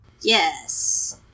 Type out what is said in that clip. Yes